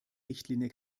richtlinie